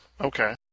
Okay